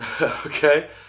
Okay